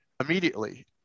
immediately